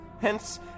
hence